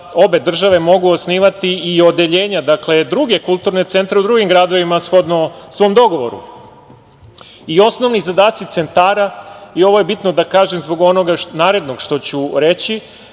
obe države mogu osnivati i odeljenja, druge kulturne centre u drugim gradovima shodno svom dogovoru. Osnovni zadaci centara, i ovo je bitno da kažem zbog onoga narednog što ću reći,